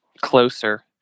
closer